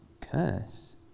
curse